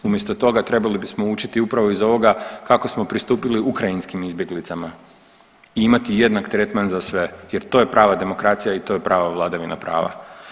Umjesto toga trebali bismo upravo učiti iz ovoga kako smo pristupili ukrajinskim izbjeglicama i imati jednak tretman za sve, jer to je prava demokracija i to je prava vladavina prava.